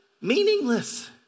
meaningless